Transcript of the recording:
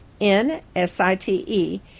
N-S-I-T-E